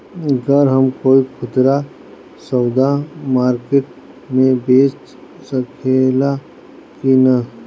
गर हम कोई खुदरा सवदा मारकेट मे बेच सखेला कि न?